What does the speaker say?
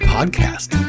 Podcast